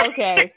Okay